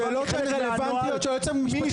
שואל רלוונטיות את היועצת המשפטית.